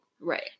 Right